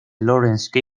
lawrence